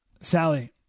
Sally